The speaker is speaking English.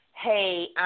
hey